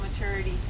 maturity